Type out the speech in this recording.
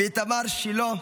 איתמר שילה,